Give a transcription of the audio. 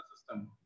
system